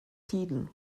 tiden